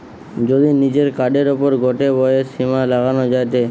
যদি নিজের কার্ডের ওপর গটে ব্যয়ের সীমা লাগানো যায়টে